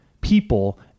people